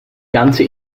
ganze